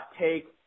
take